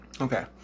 okay